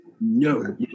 no